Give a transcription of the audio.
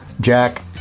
Jack